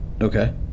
Okay